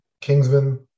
Kingsman